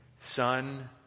son